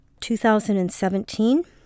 2017